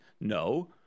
No